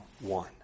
one